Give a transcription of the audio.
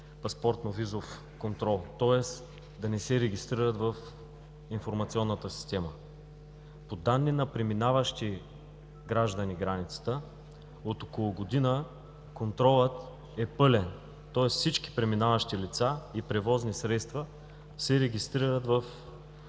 паспортно-визов контрол, тоест да не се регистрират в информационната система. По данни на преминаващи границата граждани от около година контролът е пълен, тоест всички преминаващи лица и превозни средства се регистрират в